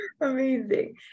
Amazing